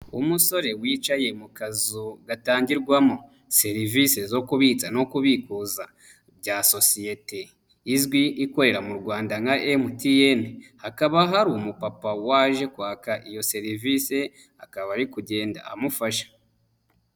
Umusore wicaye mu kazu gatangirwamo serivisi zo kubitsa no kubikuza bya sosiyete izwi ikorera mu Rwanda nka MTN, hakaba hari umupapa waje kwaka iyo serivisi akaba ari kugenda amufasha.